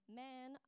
man